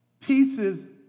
pieces